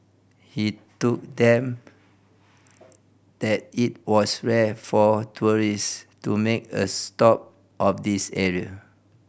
he told them that it was rare for tourists to make a stop of this area